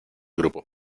grupo